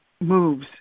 moves